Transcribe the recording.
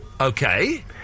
okay